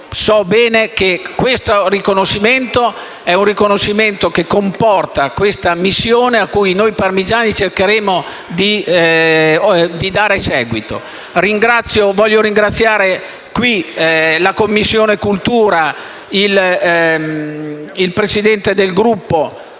so bene che questo riconoscimento comporta una missione cui noi parmigiani cercheremo di dare seguito. Voglio ringraziare la Commissione cultura e il Presidente del Gruppo;